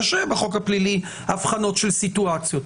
יש בחוק הפלילי הבחנות של סיטואציות.